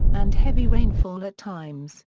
and heavy rainfall at times.